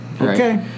Okay